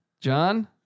John